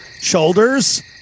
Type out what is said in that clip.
Shoulders